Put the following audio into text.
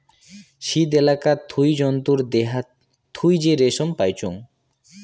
শীতল এলাকাত থুই জন্তুর দেহাত থুই যে রেশম পাইচুঙ